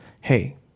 hey